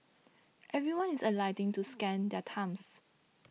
everyone is alighting to scan their thumbs